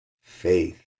faith